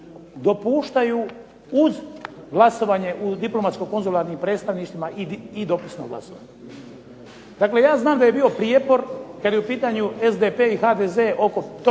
uz glasovanje u diplomatsko konzularnim predstavništvima i dopisno glasovanje. Dakle, ja znam da je bio prijepor kada je u pitanju SDP i HDZ oko toga